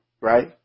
right